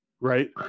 right